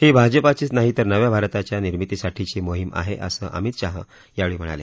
ही भाजपाचीच नाही तर नव्या भारताच्या निर्मितीसाठीची मोहीम आहे असं अमित शाह यावेळी म्हणाले